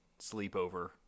sleepover